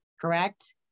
correct